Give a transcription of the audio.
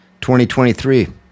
2023